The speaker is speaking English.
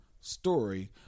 story